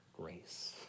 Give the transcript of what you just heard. grace